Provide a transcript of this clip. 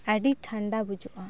ᱟᱹᱰᱤ ᱴᱷᱟᱱᱰᱟ ᱵᱩᱡᱩᱜᱼᱟ